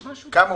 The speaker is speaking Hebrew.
כן,